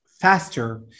faster